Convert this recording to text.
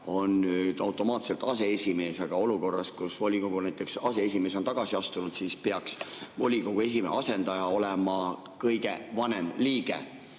automaatselt aseesimees, aga olukorras, kus volikogu aseesimees on tagasi astunud, peaks volikogu esimehe asendaja olema kõige vanem liige.